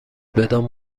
بدان